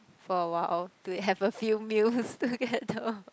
for a while all to have a few meals together